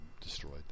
destroyed